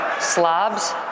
slobs